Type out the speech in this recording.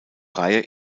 reihe